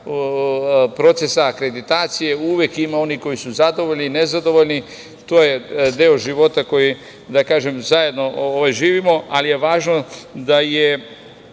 procesa akreditacije uvek ima onih koji su zadovoljni, nezadovoljni. To je deo života koji zajedno živimo, ali je važno da je